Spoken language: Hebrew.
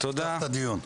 תפתח את הדיון.